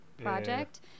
project